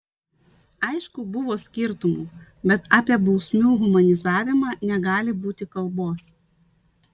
aišku buvo skirtumų bet apie bausmių humanizavimą negali būti kalbos